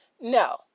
No